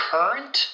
Current